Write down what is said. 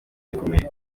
bikomeye